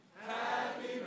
Happy